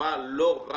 ייקבע לא רק